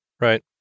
Right